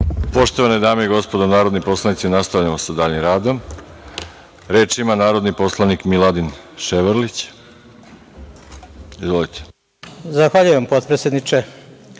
Poštovane dame i gospodo narodni poslanici nastavljamo sa daljim radom. Reč ima narodni poslanik Miladin Ševarlić. Izvolite. **Miladin Ševarlić**